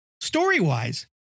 story-wise